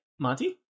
Monty